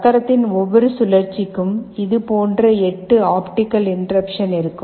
சக்கரத்தின் ஒவ்வொரு சுழற்சிக்கும் இது போன்ற 8 ஆப்டிகல் இன்டெர்ருப்சன் இருக்கும்